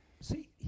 see